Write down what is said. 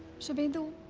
shubhendu.